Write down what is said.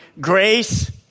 grace